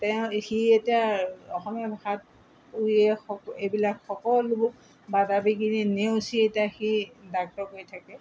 তেওঁ সি এতিয়া অসমীয়া ভাষাত পঢ়িয়ে এইবিলাক সকলো বাধা বিঘিনি নেওচি এতিয়া সি ডাক্তৰ কৰি থাকে